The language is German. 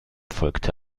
folgte